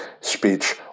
speech